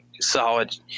solid